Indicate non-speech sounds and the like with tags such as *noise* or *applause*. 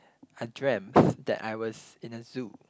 I dreamt *laughs* that I was in a zoo